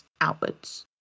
outwards